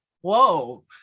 Whoa